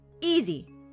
Easy